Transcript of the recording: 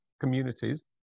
communities